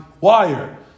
wire